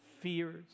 fears